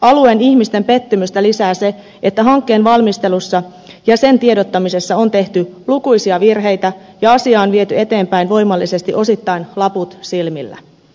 alueen ihmisten pettymystä lisää se että hankkeen valmistelussa ja sen tiedottamisessa on tehty lukuisia virheitä ja asiaa on viety eteenpäin voimallisesti osittain laput silmillä